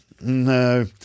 no